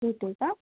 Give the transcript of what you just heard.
घेते का